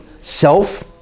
self